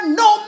no